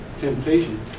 temptation